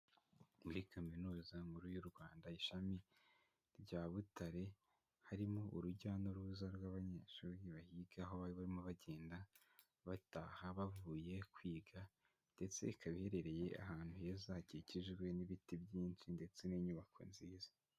Muri Kaminuza nkuru y'u Rwanda ishami rya Butare, harimo urujya n'uruza rw'abanyeshuri bahiga, aho bari barimo bagenda bataha bavuye kwiga ndetse ikaba iherereye ahantu heza hakikijwe n'ibiti byinshi ndetse n'inyubako nziza.